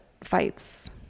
fights